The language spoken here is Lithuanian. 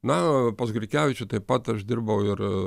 na pas grikevičių taip pat aš dirbau ir